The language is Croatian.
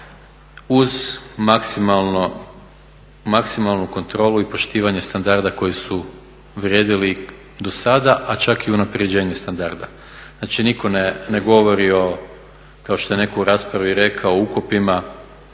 uz maksimalnu kontrolu i poštivanje standarda koji su vrijedili do sada, a čak i unapređenje standarda. Znači nitko ne govori o, kao što je netko u raspravi rekao, ukopima